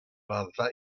raddfa